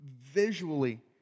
visually